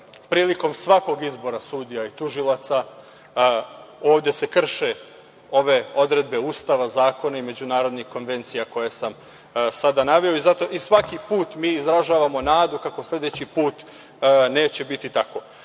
Prilikom svakog izbora sudija i tužilaca ovde se krše ove odredbe Ustava, zakona i međunarodnih konvencija koje sam sada naveo i svaki put mi izražavamo nadu kako sledeći put neće biti